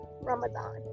Ramadan